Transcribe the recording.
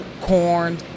corn